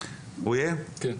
טוב,